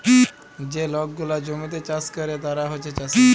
যে লক গুলা জমিতে চাষ ক্যরে তারা হছে চাষী